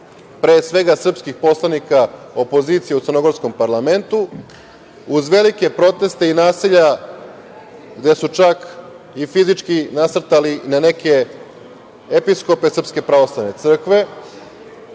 pre svega, srpskih poslanika opozicije u crnogorskom parlamentu, uz velike proteste i nasilja gde su čak fizički nasrtali na neke episkope SPC, velili broj